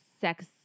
sex